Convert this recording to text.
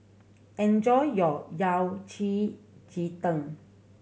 enjoy your Yao Cai ji tang